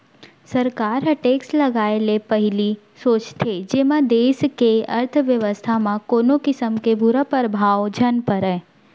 सरकार ह टेक्स लगाए ले पहिली सोचथे जेमा देस के अर्थबेवस्था म कोनो किसम के बुरा परभाव झन परय